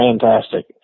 fantastic